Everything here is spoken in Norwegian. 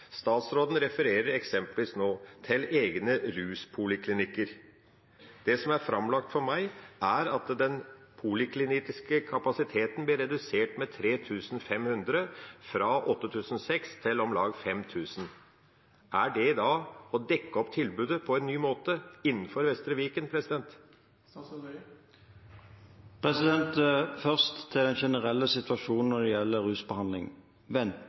Statsråden refererer eksempelvis nå til egne ruspoliklinikker. Det som er framlagt for meg, er at den polikliniske kapasiteten blir redusert med 3 500 – fra 8 600 til om lag 5 000. Er det å dekke opp tilbudet på en ny måte – innenfor Vestre Viken? Først til den generelle situasjonen når det gjelder rusbehandling: